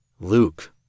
Luke